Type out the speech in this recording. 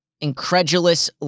incredulous